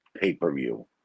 pay-per-view